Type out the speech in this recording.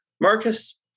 Marcus